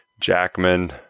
Jackman